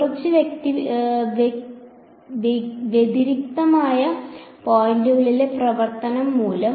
കുറച്ച് വ്യതിരിക്തമായ പോയിന്റുകളിലെ പ്രവർത്തന മൂല്യം